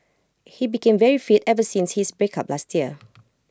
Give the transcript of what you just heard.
he became very fit ever since his breakup last year